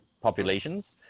populations